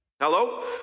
Hello